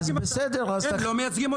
הם לא מייצגים אותנו.